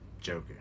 Joker